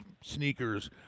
sneakers